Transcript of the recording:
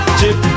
chip